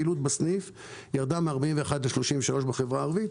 רואים שהפעילות בסניף ירדה מ-41% ל-33% בחברה הערבית,